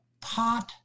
pot